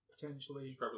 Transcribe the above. potentially